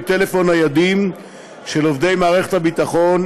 טלפון ניידים של עובדי מערכת הביטחון,